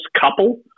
couple